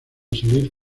salir